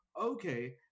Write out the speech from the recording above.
okay